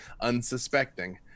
unsuspecting